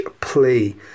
plea